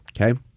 Okay